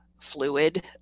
fluid